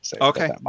Okay